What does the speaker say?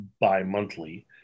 bi-monthly